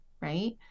Right